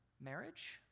marriage